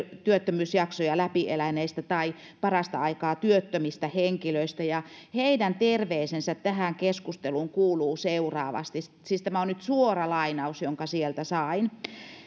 työttömyysjaksoja läpi eläneistä tai parasta aikaa työttömistä henkilöistä ja heidän terveisensä tähän keskusteluun kuuluu seuraavasti siis tämä on nyt suora lainaus jonka sieltä sain